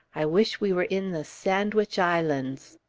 i wish we were in the sandwich islands.